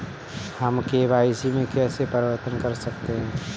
हम के.वाई.सी में कैसे परिवर्तन कर सकते हैं?